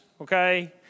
okay